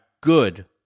good